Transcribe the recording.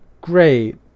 great